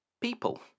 people